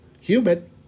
humid